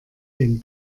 den